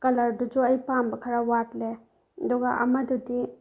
ꯀꯂꯔꯗꯨꯁꯨ ꯑꯩ ꯄꯥꯝꯕ ꯈꯔ ꯋꯥꯠꯂꯦ ꯑꯗꯨꯒ ꯑꯃꯗꯨꯗꯤ